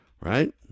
right